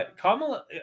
kamala